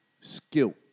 skill